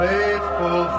Faithful